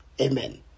Amen